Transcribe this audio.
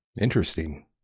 Interesting